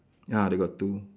ya they got two